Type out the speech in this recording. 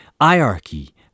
hierarchy